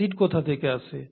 acid কোথা থেকে আসে